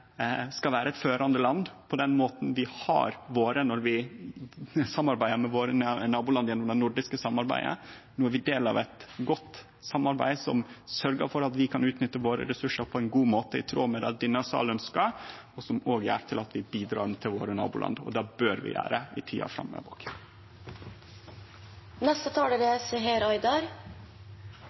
skal vere eit førande land på den måten vi har vore når vi samarbeider med våre naboland gjennom det nordiske samarbeidet. No er vi del av eit godt samarbeid, som sørgjer for at vi kan utnytte våre ressursar på ein god måte, i tråd med det denne salen ønskjer, og som òg gjer til at vi bidrar til våre naboland. Det bør vi gjere i tida framover